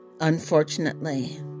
Unfortunately